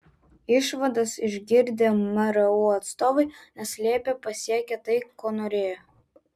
išvadas išgirdę mru atstovai neslėpė pasiekę tai ko norėjo